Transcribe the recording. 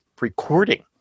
recording